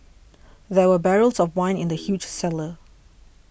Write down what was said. there were barrels of wine in the huge cellar